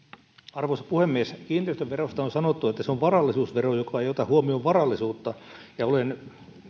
arvoisa puhemies kiinteistöverosta on sanottu että se on varallisuusvero joka ei ota huomioon varallisuutta ja olen